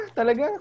Talaga